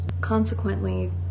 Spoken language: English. consequently